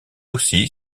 aussi